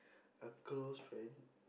a close friend